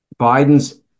Biden's